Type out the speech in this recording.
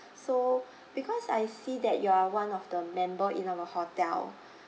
so because I see that you are one of the member in our hotel